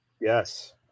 yes